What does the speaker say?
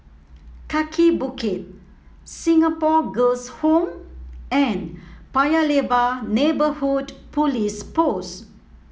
Kaki Bukit Singapore Girls' Home and Paya Lebar Neighbourhood Police Post